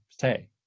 say